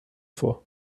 vor